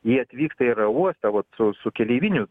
jie atvyksta į oro uostą vat su su keleiviniu